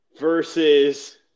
Versus